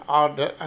order